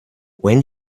when